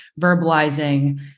verbalizing